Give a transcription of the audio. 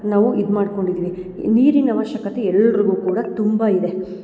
ನಾವು ಇದು ಮಾಡ್ಕೊಂಡು ಇದ್ದೀವಿ ನೀರಿನ ಆವಶ್ಯಕತೆ ಎಲ್ಲರಿಗೂ ಕೂಡ ತುಂಬ ಇದೆ